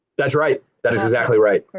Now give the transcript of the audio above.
that's right, that is exactly right.